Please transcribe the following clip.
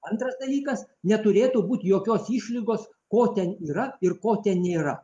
antras dalykas neturėtų būt jokios išlygos ko ten yra ir ko ten nėra